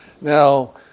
now